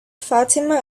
fatima